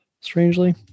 strangely